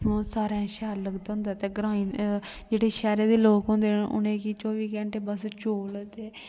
सारें ई शैल लगदा ते ग्रांऐं ते जेह्ड़े शैह्रें दे लोग होंदे उनेंगी चौह्बी घैंटे चौल ते